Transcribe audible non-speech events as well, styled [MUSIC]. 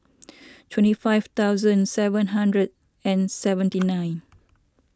[NOISE] twenty five thousand seven hundred and [NOISE] seventy nine